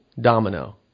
domino